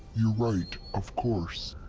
you're right, of course!